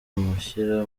mushyira